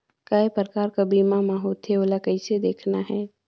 काय प्रकार कर बीमा मा होथे? ओला कइसे देखना है?